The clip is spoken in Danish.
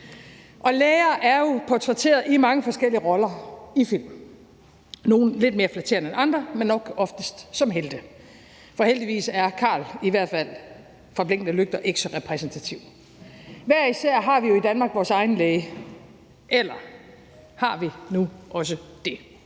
Læger er jo portrætteret i mange forskellige roller i film, nogle lidt mere flatterende end andre, men nok oftest som helte. For heldigvis er Carl fra »Blinkende lygter« i hvert fald ikke så repræsentativ. Hver især har vi jo i Danmark vores egen læge. Eller har vi nu også det?